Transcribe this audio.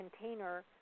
container